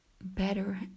better